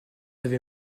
avez